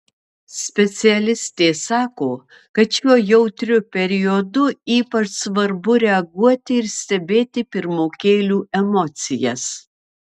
specialistė sako kad šiuo jautriu periodu ypač svarbu reaguoti ir stebėti pirmokėlių emocijas